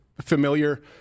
familiar